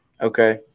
Okay